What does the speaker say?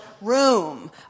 room